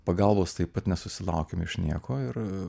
pagalbos taip pat nesusilaukėm iš nieko ir